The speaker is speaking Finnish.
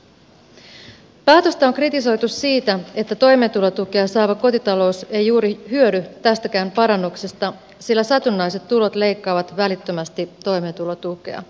päätöstä on kritisoitu siitä että toimeentulotukea saava kotitalous ei juuri hyödy tästäkään parannuksesta sillä satunnaiset tulot leikkaavat välittömästi toimeentulotukea